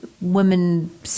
women